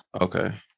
Okay